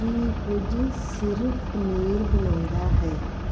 ਕੀ ਕੁਝ ਸਿਰ ਪਨੀਰ ਬਣਾਉਂਦਾ ਹੈ